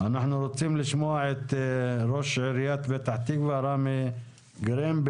אנחנו רוצים לשמוע את ראש העיר פתח תקווה רמי גרינברג.